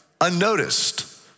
unnoticed